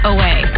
Away